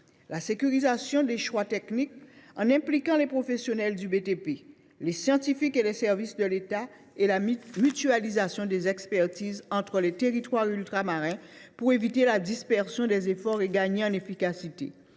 la sécurisation des choix techniques, en impliquant les professionnels du BTP, les scientifiques et les services de l’État, enfin dans la mutualisation des expertises entre les territoires ultramarins, pour éviter la dispersion des efforts et gagner en efficacité.